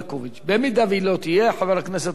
אם היא לא תהיה, חבר הכנסת אורי אורבך.